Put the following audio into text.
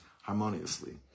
harmoniously